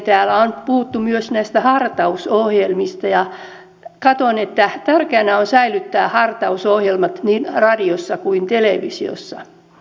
täällä on puhuttu myös näistä hartausohjelmista ja katson että tärkeää on säilyttää hartausohjelmat niin radiossa kuin televisiossa